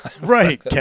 Right